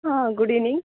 ಹಾಂ good evening